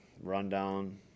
rundown